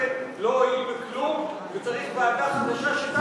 לא הועיל בכלום וצריך ועדה חדשה שתעקוף אותו.